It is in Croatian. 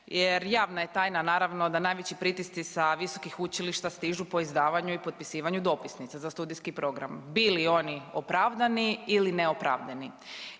jer javna je tajna naravno da najveći pritisci sa visokih učilišta stižu po izdavanju i potpisivanju dopisnica za studijski program bili oni opravdani ili neopravdani.